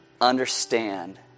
understand